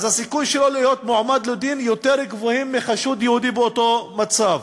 אז הסיכויים שלו להעמדה לדין גבוהים משל חשוד יהודי באותו מצב.